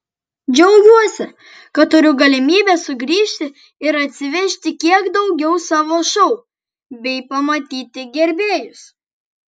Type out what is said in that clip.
džiaugiuosi kad turiu galimybę sugrįžti ir atsivežti kiek daugiau savo šou bei pamatyti gerbėjus